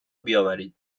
بیاورید